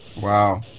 Wow